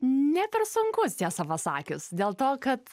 ne per sunku tiesą pasakius dėl to kad